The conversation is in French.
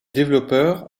développeurs